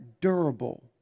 durable